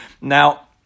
Now